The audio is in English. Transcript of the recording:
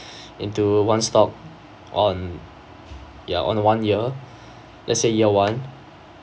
into one stock on ya on one year let's say year one